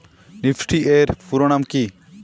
Nifty এর পুরোনাম কী?